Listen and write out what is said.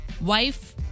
wife